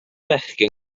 fechgyn